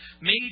made